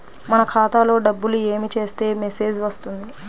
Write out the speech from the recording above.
మన ఖాతాలో డబ్బులు ఏమి చేస్తే మెసేజ్ వస్తుంది?